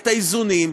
את האיזונים,